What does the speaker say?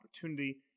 opportunity